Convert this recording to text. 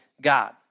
God